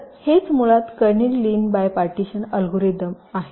तर हेच मुळात Kernighan Lin bipartition algorithm आहे